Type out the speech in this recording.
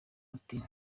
ati